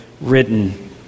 written